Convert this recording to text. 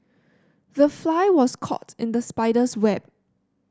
the fly was caught in the spider's web